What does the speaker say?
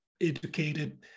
educated